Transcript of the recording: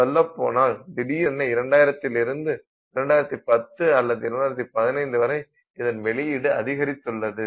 சொல்லப்போனால் திடீரென 2000 இலிருந்து 2010 அல்லது 2015 வரை இதன் வெளியீடு அதிகரித்துள்ளது